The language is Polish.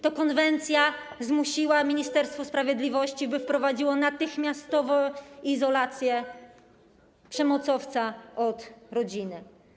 To konwencja zmusiła Ministerstwo Sprawiedliwości, by wprowadziło natychmiastową izolację przemocowca od rodziny.